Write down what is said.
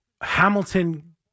Hamilton